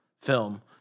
film